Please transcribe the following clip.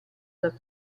dal